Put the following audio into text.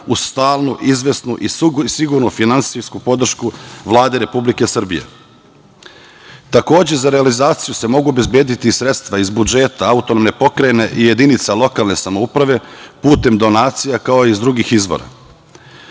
uz stalnu, izvesnu i sigurnu finansijsku podršku Vlade Republike Srbije. Takođe, za realizaciju se mogu obezbediti sredstva iz budžeta autonomne pokrajine i jedinica lokalne samouprave putem donacija, kao i iz drugih izvora. Pozivam